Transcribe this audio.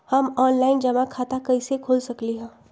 हम ऑनलाइन जमा खाता कईसे खोल सकली ह?